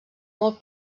molt